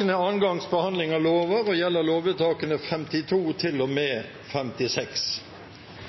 Ingen har bedt om ordet. Ingen har bedt om ordet. Sakene nr. 8 og